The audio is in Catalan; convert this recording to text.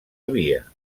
havia